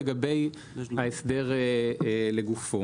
לגבי ההסדר לגופו